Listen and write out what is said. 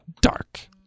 Dark